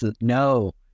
No